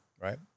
right